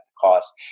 cost